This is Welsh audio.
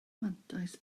mantais